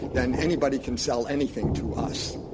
then anybody can sell anything to us.